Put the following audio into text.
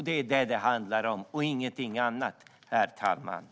Det är vad det handlar om, och ingenting annat, herr ålderspresident.